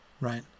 right